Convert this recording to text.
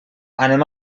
anem